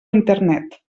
internet